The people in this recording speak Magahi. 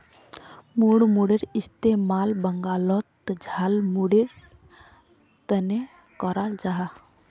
मुड़मुड़ेर इस्तेमाल बंगालोत झालमुढ़ीर तने कराल जाहा